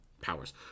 powers